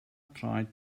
tried